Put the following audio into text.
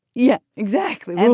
yeah, exactly. and